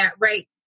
right